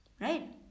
Right